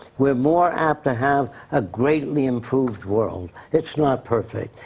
we're more apt to have a greatly improved world. it's not perfect.